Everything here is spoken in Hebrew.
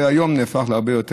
זה היום נהפך להרבה יותר.